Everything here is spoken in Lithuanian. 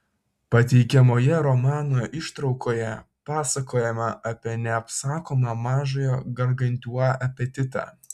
pateikiamoje romano ištraukoje pasakojama apie neapsakomą mažojo gargantiua apetitą